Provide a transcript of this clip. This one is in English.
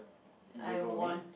I warned